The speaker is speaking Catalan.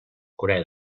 corea